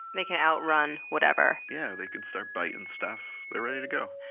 they can outrun whatever. yeah, they can start biting stuff. they're ready to go.